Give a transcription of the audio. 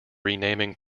renaming